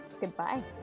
Goodbye